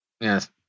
Yes